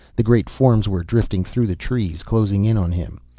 the great forms were drifting through the trees, closing in on him.